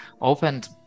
opened